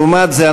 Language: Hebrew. לעומת זה,